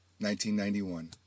1991